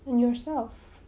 and yourself